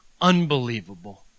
unbelievable